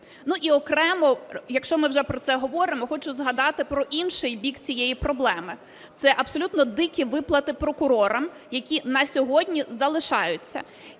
І окремо, якщо ми вже про це говоримо, хочу згадати про інший бік цієї проблеми: це абсолютно дикі виплати прокурорам, які на сьогодні залишаються.